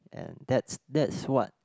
and that that's what